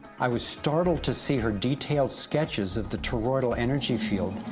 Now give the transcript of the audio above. i was startled to see her detailed scetches of the toroidal energy field,